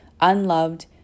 unloved